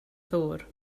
ddŵr